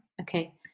okay